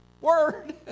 word